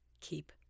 Keep